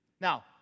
Now